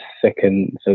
second